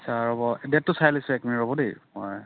আচ্ছা ৰ'ব ডে'টটো চাই লৈছোঁ এক মিনিট ৰ'ব দেই মই